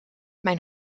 mijn